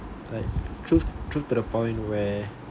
right truth truth to the point where